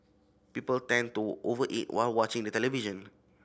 people tend to over eat while watching the television